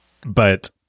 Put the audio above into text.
But-